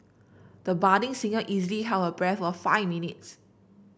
the budding singer easily held her breath for five minutes